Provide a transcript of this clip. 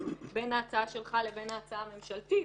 בין ההצעה שלך לבין ההצעה הממשלתית,